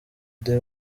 the